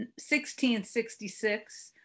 1666